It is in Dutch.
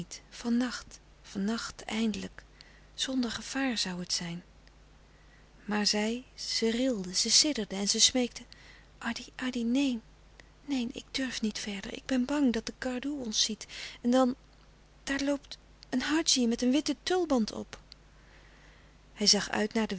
van nacht eindelijk zonder gevaar zoû het zijn maar zij ze rilde ze sidderde en ze smeekte addy addy neen neen ik durf niet verder ik ben bang dat de gardoè ons ziet en dan daar loopt een hadji met een witten tulband op hij zag uit naar den